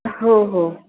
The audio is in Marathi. हो हो